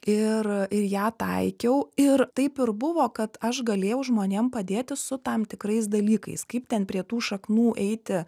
ir ir ją taikiau ir taip ir buvo kad aš galėjau žmonėm padėti su tam tikrais dalykais kaip ten prie tų šaknų eiti